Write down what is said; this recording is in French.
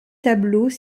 tableaux